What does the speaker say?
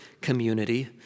community